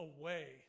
away